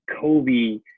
Kobe